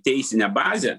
teisinę bazę